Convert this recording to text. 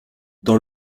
dans